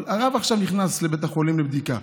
אבל הרב עכשיו נכנס לבית החולים לבדיקה.